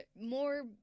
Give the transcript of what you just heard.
more